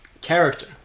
Character